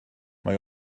mae